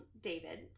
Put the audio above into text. David